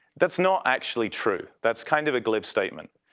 that's not actually true that's kind of a glib statement.